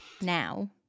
Now